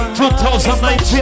2019